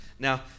Now